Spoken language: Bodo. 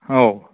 औ